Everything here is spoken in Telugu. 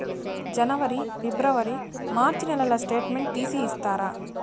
జనవరి, ఫిబ్రవరి, మార్చ్ నెలల స్టేట్మెంట్ తీసి ఇస్తారా?